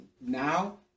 now